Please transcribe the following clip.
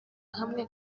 hamwe